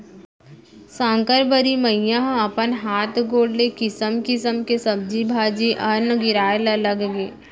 साकंबरी मईया ह अपन हात गोड़ ले किसम किसम के सब्जी भाजी, अन्न गिराए ल लगगे